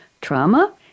trauma